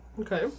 Okay